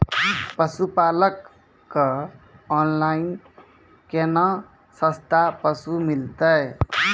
पशुपालक कऽ ऑनलाइन केना सस्ता पसु मिलतै?